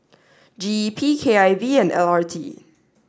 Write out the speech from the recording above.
GEP KIV and LRT